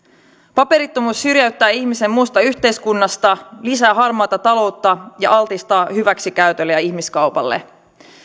paperittomuus syrjäyttää ihmisen muusta yhteiskunnasta lisää harmaata taloutta ja altistaa hyväksikäytölle ja ihmiskaupalle